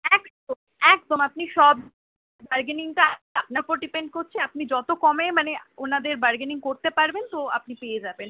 একদম একদম আপনি সব বার্গেনিংটা আপনার ওপর ডিপেন্ড করছে আপনি যতো কমে মানে ওনাদের বার্গেনিং করতে পারবেন তো আপনি পেয়ে যাবেন